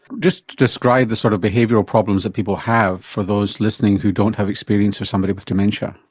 just describe the sort of behavioural problems that people have for those listening who don't have experience of somebody with dementia.